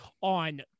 on